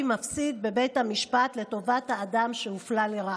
מפסיד בבית המשפט לטובת האדם שהופלה לרעה.